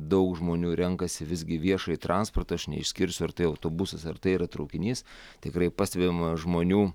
daug žmonių renkasi visgi viešąjį transportą aš neišskirsiu ar tai autobusas ar tai yra traukinys tikrai pastebim žmonių